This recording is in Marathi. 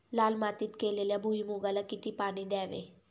लाल मातीत केलेल्या भुईमूगाला किती पाणी द्यावे?